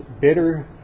bitter